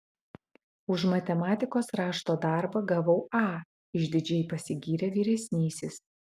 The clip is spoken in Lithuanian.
už matematikos rašto darbą gavau a išdidžiai pasigyrė vyresnysis